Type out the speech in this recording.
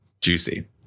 juicy